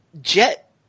jet –